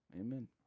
Amen